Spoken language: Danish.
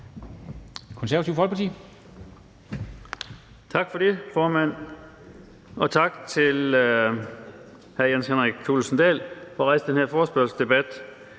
Konservative Folkeparti.